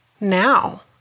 now